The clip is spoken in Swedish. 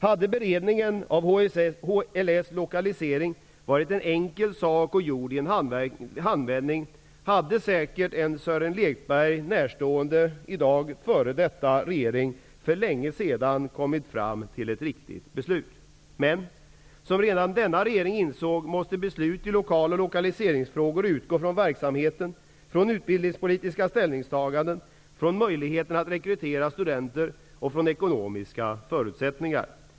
Hade beredningen av HLS lokalisering varit en enkel sak och gjord i en handvändning, hade säkert en Sören Lekberg närstående f.d. regering för länge sedan kommit fram till ett riktigt beslut. Men -- som redan denna regering insåg -- beslut i lokal och lokaliseringsfrågor måste utgå från verksamheten, från utbildningspolitiska ställningstaganden, från möjligheterna att rekrytera studenter och från ekonomiska förutsättningar.